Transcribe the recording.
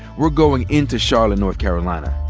we're going into charlotte, north carolina,